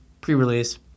pre-release